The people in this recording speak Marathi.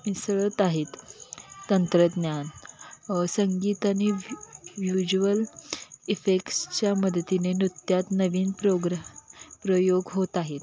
मिसळत आहेत तंत्रज्ञान संगीत आणि व्ह व्ह्युज्युअल इफेक्टसच्या मदतीने नृत्यात नवीन प्रोग्रा प्रयोग होत आहेत